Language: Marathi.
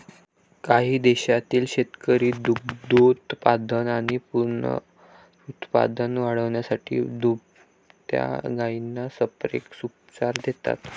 काही देशांतील शेतकरी दुग्धोत्पादन आणि पुनरुत्पादन वाढवण्यासाठी दुभत्या गायींना संप्रेरक उपचार देतात